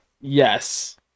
Yes